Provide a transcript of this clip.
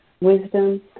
wisdom